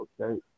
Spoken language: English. okay